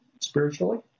spiritually